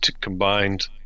combined